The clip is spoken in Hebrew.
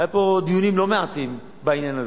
היו פה דיונים לא מעטים בעניין הזה,